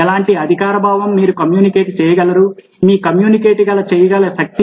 ఎలాంటి అధికార భావం మీరు కమ్యూనికేట్ చేయగలరు మీ కమ్యూనికేట్ చేయగల శక్తి